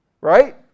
Right